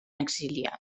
exiliat